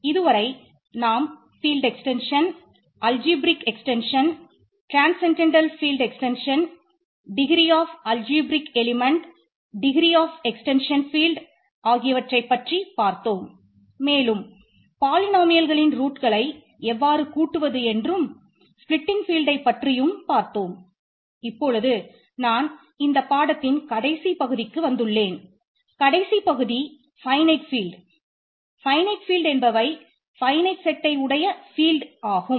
இதுவரை நாம் ஃபீல்ட் ஆகும்